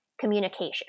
communication